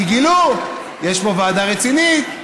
כי גילו שיש פה ועדה רצינית,